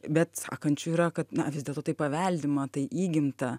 bet sakančiu yra kad na vis dėlto tai paveldima tai įgimta